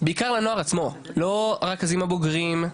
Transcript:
בעיקר לנוער עצמו, לא רכזים הבוגרים,